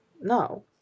No